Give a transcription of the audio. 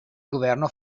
governo